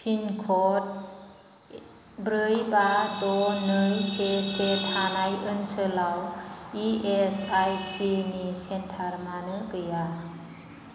पिनक'ड ब्रै बा द' नै से से थानाय ओनसोलाव इ एस आइ सि नि सेन्टार मानो गैया